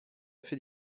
fait